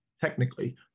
technically